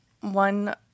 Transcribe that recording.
one